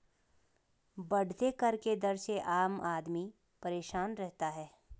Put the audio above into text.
बढ़ते कर के दर से आम आदमी परेशान रहता है